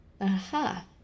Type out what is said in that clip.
Aha